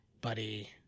buddy